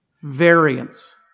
variance